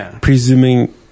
Presuming